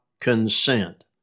consent